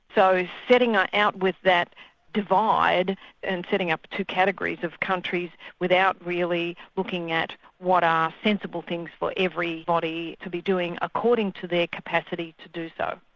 so setting out with that divide and setting up two categories of countries without really looking at what are sensible things for everybody to be doing according to their capacity to do so.